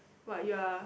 what you are